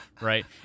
Right